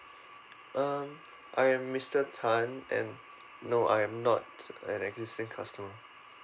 um I am mister tan and no I am not an existing customer